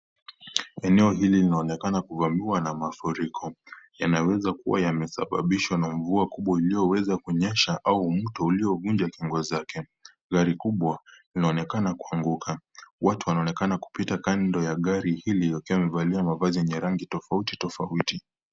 Eneo hili linaonekana kuvamiwa na mafuriko, yanaweza kuwa yamesababishwa na mvua kubwa iliyoweza kunyesha au mto uliovunja kingo zake. Gari kubwa linaonekana kuanguka. Watu wanaonekana kupita kando ya gari hili wakiwa wamevalia mavazi yenye rangi tofauti tofauti.